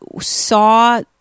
saw